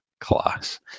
class